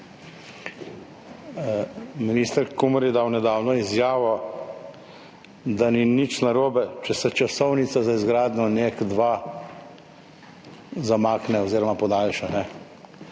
Minister Kumer je dal nedavno izjavo, da ni nič narobe, če se časovnica za izgradnjo NEK2 zamakne oziroma podaljša.